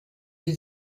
sie